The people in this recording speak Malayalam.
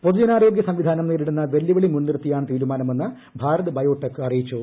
പൊതുജന ആരോഗ്യ സംവിധാനം നേരിടുന്ന വെല്ലുവിളി മുൻനിർത്തിയാണ് തീരുമാനമെന്ന് ഭാരത് ബയോടെക് അറിയിച്ചു